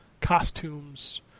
costumes